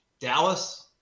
Dallas